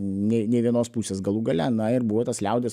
nei nė vienos pusės galų gale na ir buvo tas liaudies